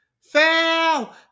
fail